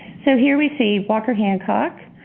so here we see walker hancock,